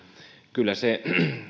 kyllä se